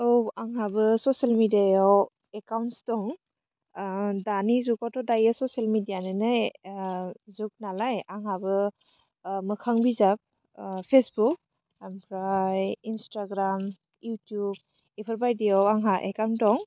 औ आंहाबो ससेल मेडियायाव एकाउन्टस दं दानि जुगावथ' दायो ससेल मेडियानालाय जुग नालाय आंहाबो मोखां बिजाब फेसबुक आमफ्राय इनस्टाग्राम इउटुब इफोरबायदियाव आंहा एकाउन्ट दं